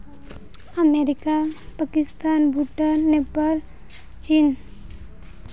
America Pakistan Bhutan Nepal China